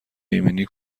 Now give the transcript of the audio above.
ایمنی